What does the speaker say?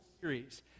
series